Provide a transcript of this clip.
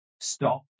stop